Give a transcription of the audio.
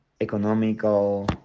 economical